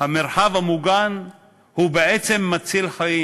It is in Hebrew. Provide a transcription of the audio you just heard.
המרחב המוגן בעצם מציל חיים.